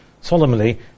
solemnly